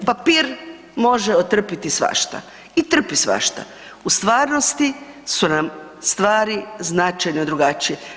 Papir može otrpiti svašta i trpi svašta, u stvarnosti su nam stvari značajno drugačije.